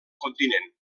continent